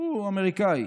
הוא אמריקאי,